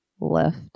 left